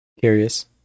curious